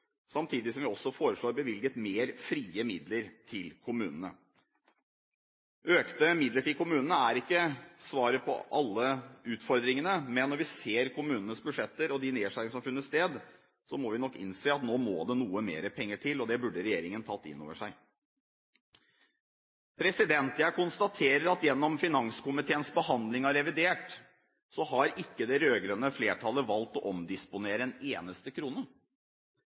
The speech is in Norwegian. samtidig som vi også foreslår bevilget mer frie midler til kommunene. Økte midler til kommunene er ikke svaret på alle utfordringene. Men når vi ser kommunenes budsjetter og de nedskjæringene som har funnet sted, må vi nok innse at nå må det noe mer penger til, og det burde regjeringen tatt inn over seg. Jeg konstaterer at gjennom finanskomiteens behandling av revidert har det rød-grønne flertallet valgt å ikke omdisponere en eneste krone.